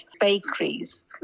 bakeries